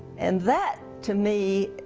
and that, to me,